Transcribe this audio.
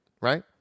Right